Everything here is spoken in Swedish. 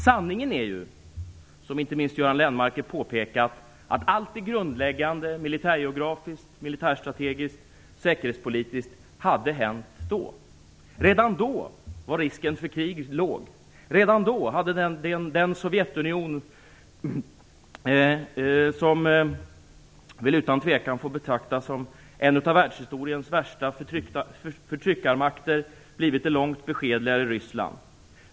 Sanningen är ju, vilket inte minst Göran Lennmarker har påpekat, att allt det grundläggande, militärgeografiskt, militärstrategiskt och säkerhetspolitiskt, hade hänt då. Redan då var risken för krig låg. Redan då hade det Sovjetunionen, som väl utan tvekan får betraktas som en av världshistoriens värsta förtryckarmakter, blivit det långt beskedligare Ryssland.